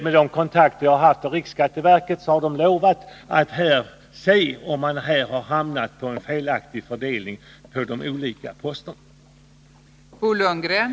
Vid de kontakter jag haft med riksskatteverket har man lovat att undersöka om man hamnat på en felaktig fördelning på de olika posterna.